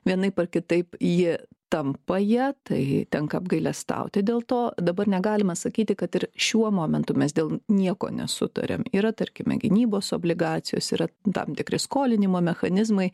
vienaip ar kitaip ji tampa ja tai tenka apgailestauti dėl to dabar negalime sakyti kad ir šiuo momentu mes dėl nieko nesutariam yra tarkime gynybos obligacijos yra tam tikri skolinimo mechanizmai